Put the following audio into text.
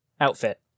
outfit